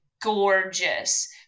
gorgeous